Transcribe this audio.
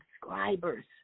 subscribers